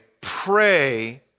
pray